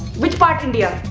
which part india?